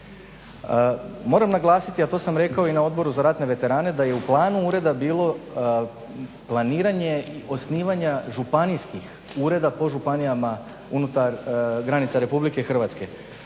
Moram naglasiti a to sam rekao i na Odboru za ratne veterane da je u planu ureda bilo planiranja osnivanja županijskih ureda po županijama unutar granica RH.